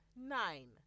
nine